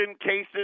cases